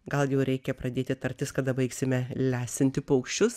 gal jau reikia pradėti tartis kada baigsime lesinti paukščius